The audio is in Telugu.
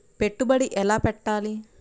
పెట్టుబడి ఎలా పెట్టాలి?